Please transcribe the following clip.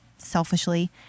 Selfishly